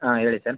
ಹಾಂ ಹೇಳಿ ಸರ್